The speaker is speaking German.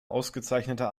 ausgezeichnete